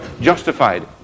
justified